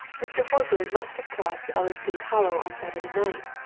mr. horbury must have crossed ellersdeane hollow on saturday night.